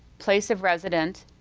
place of resident,